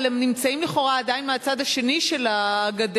אבל הם נמצאים לכאורה עדיין מהצד השני של הגדר,